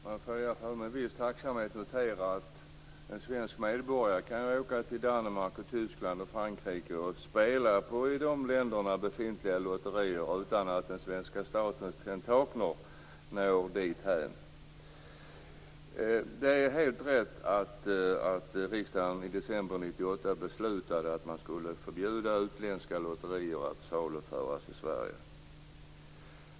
Fru talman! Jag får med viss tacksamhet notera att en svensk medborgare kan åka till Danmark, Tyskland och Frankrike och spela på de i de länderna befintliga lotterierna utan att den svenska statens tentakler når dithän. Det är rätt att riksdagen i december 1998 beslutade att man skulle förbjuda utländska lotterier att saluföras i Sverige.